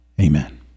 Amen